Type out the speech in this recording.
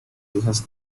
hijas